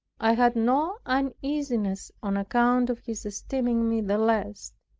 i had no uneasiness on account of his esteeming me the less,